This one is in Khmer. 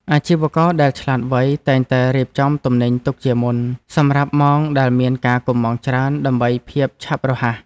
អាជីវករដែលឆ្លាតវៃតែងតែរៀបចំទំនិញទុកជាមុនសម្រាប់ម៉ោងដែលមានការកុម្ម៉ង់ច្រើនដើម្បីភាពឆាប់រហ័ស។